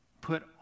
Put